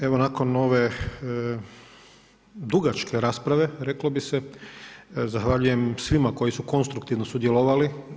Evo nakon ove dugačke rasprave reklo bi se, zahvaljujem svima koji su konstruktivno sudjelovali.